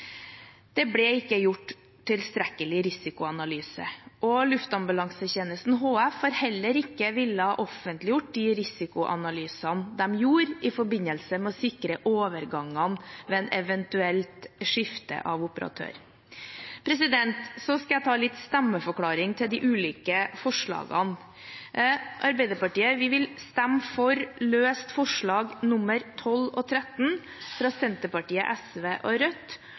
Det ble ikke gjort tilstrekkelig risikoanalyse. Og Luftambulansetjenesten HF har heller ikke villet offentligjøre de risikoanalysene de gjorde i forbindelse med å sikre overgangene ved et eventuelt skifte av operatør. Så skal jeg komme med en stemmeforklaring til de ulike forslagene. Arbeiderpartiet vil stemme for forslagene nr. 12 og 13, fra Senterpartiet, SV og Rødt,